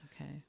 Okay